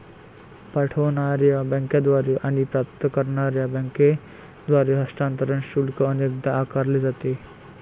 पाठवणार्या बँकेद्वारे आणि प्राप्त करणार्या बँकेद्वारे हस्तांतरण शुल्क अनेकदा आकारले जाते